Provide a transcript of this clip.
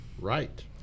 Right